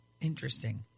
Interesting